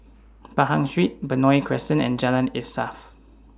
Pahang Street Benoi Crescent and Jalan Insaf